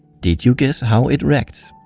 did you guess how it reacts?